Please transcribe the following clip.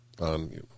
on